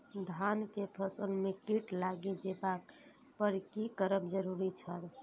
धान के फसल में कीट लागि जेबाक पर की करब जरुरी छल?